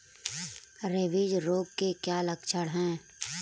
Rabies रोग के क्या लक्षण है?